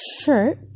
shirt